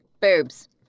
Boobs